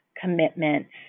commitments